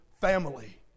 family